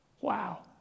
Wow